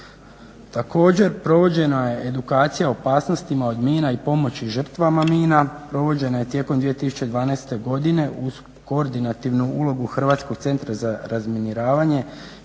Također provođena je edukacija o opasnostima od mina i pomoći žrtvama mina, provođena je tijekom 2012.godine uz koordinativnu ulogu Hrvatskog centra za razminiranje